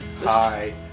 Hi